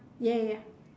ya ya